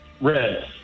Red